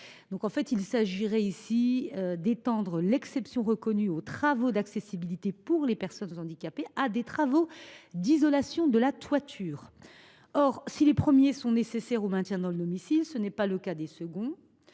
l’immeuble. Il s’agirait ici d’étendre l’exception qui existe en matière de travaux d’accessibilité pour les personnes handicapées à des travaux d’isolation de la toiture. Or, si les premiers sont nécessaires au maintien dans le domicile, tel n’est pas le cas des seconds.